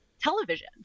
television